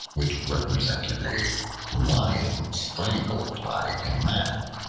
which represented a lion strangled by a man.